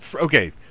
okay